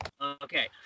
Okay